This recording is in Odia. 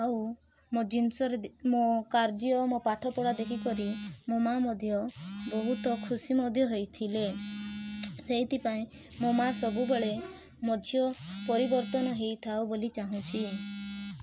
ଆଉ ମୋ ଜିନିଷରେ ମୋ କାର୍ଯ୍ୟ ମୋ ପାଠପଢ଼ା ଦେଖିକରି ମୋ ମାଆ ମଧ୍ୟ ବହୁତ ଖୁସି ମଧ୍ୟ ହେଇଥିଲେ ସେଇଥିପାଇଁ ମୋ ମାଆ ସବୁବେଳେ ମୋ ଝିଅ ପରିବର୍ତ୍ତନ ହେଇଥାଉ ବୋଲି ଚାହୁଁଛି